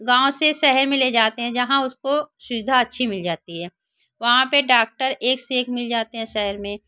गाँव से शहर में ले जाते हैं जहाँ उसको सुविधा अच्छी मिल जाती है वहाँ पर डाक्टर एक से एक मिल जाते हैं शहर में